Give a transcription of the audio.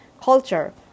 culture